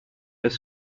was